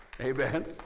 Amen